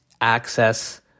access